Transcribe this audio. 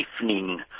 evening